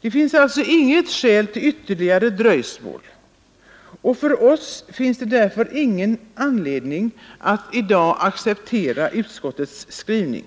Det finns alltså inget skäl till ytterligare dröjsmål. Vi har därför ingen anledning att i dag acceptera utskottets skrivning.